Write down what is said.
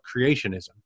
creationism